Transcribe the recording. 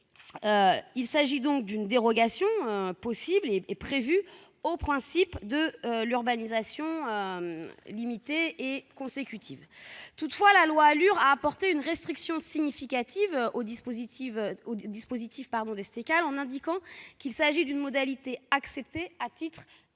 Il s'agit donc d'une dérogation au principe de l'urbanisation limitée et consécutive. Toutefois, la loi ALUR a apporté une restriction significative au dispositif des STECAL en indiquant qu'il s'agit d'une modalité acceptée à titre exceptionnel.